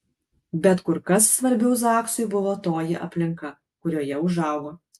bet kur kas svarbiau zaksui buvo toji aplinka kurioje užaugo